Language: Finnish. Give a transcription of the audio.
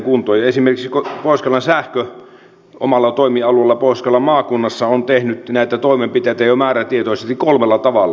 esimerkiksi pohjois karjalan sähkö omalla toimialueellaan pohjois karjalan maakunnassa on tehnyt näitä toimenpiteitä jo määrätietoisesti kolmella tavalla